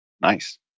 Nice